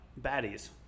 baddies